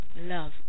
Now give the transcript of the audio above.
love